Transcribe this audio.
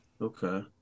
Okay